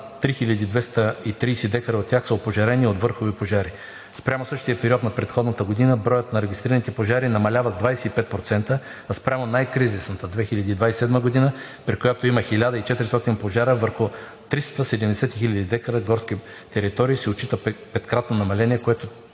3230 декара от тях са опожарени от върхови пожари. Спрямо същия период на предходната година броят на регистрираните пожари намалява с 25%, а спрямо най-кризисната година, при която има 1400 пожара върху 370 хиляди декара горски територии, се отчита петкратно намаление, което,